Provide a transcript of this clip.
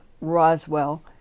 Roswell